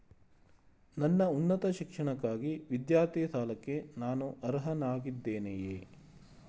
ನನ್ನ ಉನ್ನತ ಶಿಕ್ಷಣಕ್ಕಾಗಿ ವಿದ್ಯಾರ್ಥಿ ಸಾಲಕ್ಕೆ ನಾನು ಅರ್ಹನಾಗಿದ್ದೇನೆಯೇ?